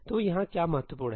तो यहाँ क्या महत्वपूर्ण है